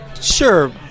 sure